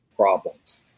problems